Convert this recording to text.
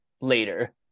later